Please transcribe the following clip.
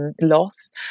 loss